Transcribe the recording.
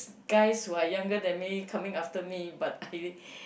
guys who are younger than me coming after me but